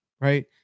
Right